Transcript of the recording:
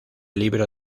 libro